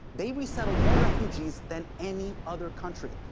they resettled more refugees than any other country.